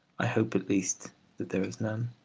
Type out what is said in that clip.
i hope at least that there is none.